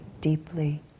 deeply